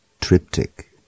Triptych